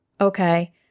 Okay